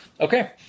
Okay